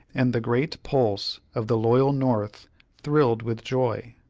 and the great pulse of the loyal north thrilled with joy.